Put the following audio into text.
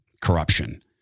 corruption